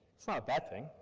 it's not a bad thing,